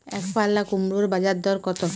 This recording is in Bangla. একপাল্লা কুমড়োর বাজার দর কত?